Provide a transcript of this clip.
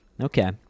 okay